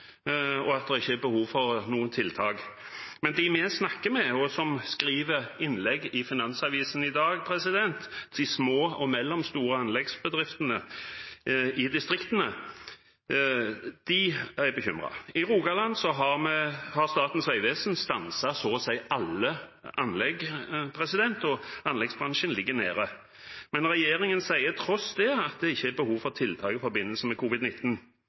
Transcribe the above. og at det ikke er behov for noen tiltak, men de vi snakker med, og som skriver innlegg i Finansavisen i dag – de små og mellomstore anleggsbedriftene i distriktene – er bekymret. I Rogaland har Statens vegvesen stanset så å si alle anlegg, og anleggsbransjen ligger nede. Men når regjeringen sier, tross det, at det ikke er behov for tiltak i forbindelse med